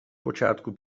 počátku